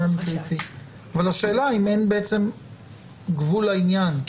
השאלה אם אין גבול לעניין.